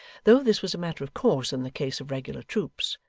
though this was a matter of course in the case of regular troops,